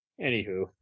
anywho